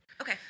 Okay